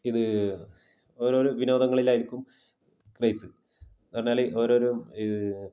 ഇത് ഓരോരു വിനോദങ്ങളിലാരിക്കും ക്രേസ്സ് എന്ന് പറഞ്ഞാൽ ഓരോരോ